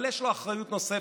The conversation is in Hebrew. אבל יש לו אחריות נוספת,